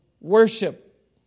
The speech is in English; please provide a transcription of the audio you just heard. worship